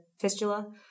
fistula